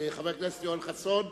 חבר הכנסת יואל חסון,